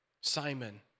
Simon